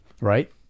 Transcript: right